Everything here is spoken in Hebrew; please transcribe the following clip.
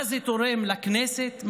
מה זה תורם לכנסת?